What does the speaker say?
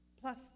Plus